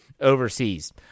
overseas